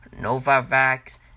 Novavax